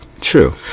True